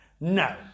No